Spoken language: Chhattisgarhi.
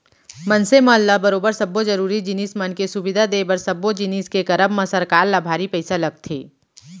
मनसे मन ल बरोबर सब्बो जरुरी जिनिस मन के सुबिधा देय बर सब्बो जिनिस के करब म सरकार ल भारी पइसा लगथे